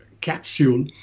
capsule